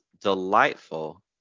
delightful